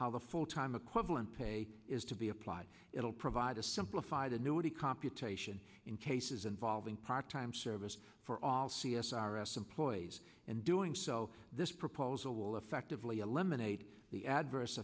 how the full time equivalent pay is to be applied it will provide simplified annuity computation in cases involving part time service for all c s r s employees and doing so this proposal will effectively eliminate the adverse